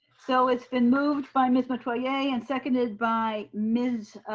so it's been moved by miss metoyer yeah and seconded by ms.